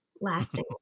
lasting